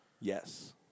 Yes